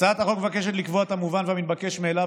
הצעת החוק מבקשת לקבוע את המובן והמתבקש מאליו,